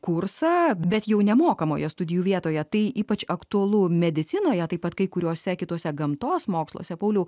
kursą bet jau nemokamoje studijų vietoje tai ypač aktualu medicinoje taip pat kai kuriuose kituose gamtos moksluose pauliau